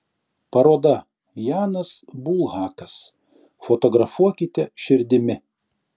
paroda janas bulhakas fotografuokite širdimi